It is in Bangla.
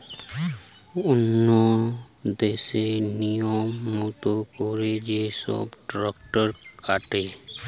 ওন্য দেশে লিয়ম মত কোরে যে সব ট্যাক্স কাটে